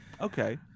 Okay